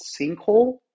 sinkhole